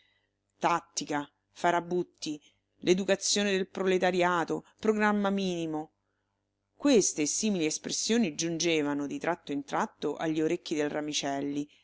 tattica farabutti l'educazione del proletariato programma minimo queste e simili espressioni giungevano di tratto in tratto a gli orecchi del ramicelli